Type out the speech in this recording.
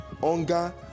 hunger